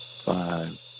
five